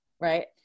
right